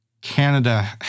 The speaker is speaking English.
Canada